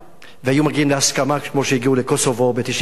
שהיו מגיעים להסכמה כמו שהגיעו בקוסובו ב-1995,